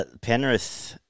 Penrith